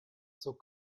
zur